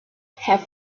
have